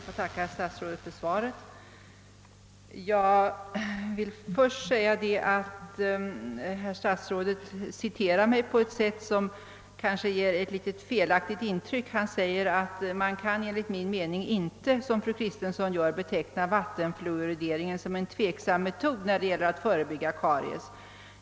Herr talman! Jag ber att få tacka statsrådet för svaret. Statsrådet citerade mig på ett sätt som kanske gav eit felaktigt intryck, ty han sade att man enligt hans mening inte som jag gjorde kan beteckna vattenfluorideringen som en tveksam metod att förebygga karies.